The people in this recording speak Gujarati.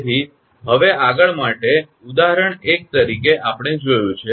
તેથી હવે આગળ માટે ઉદાહરણ 1 તરીકે આપણે જોયું છે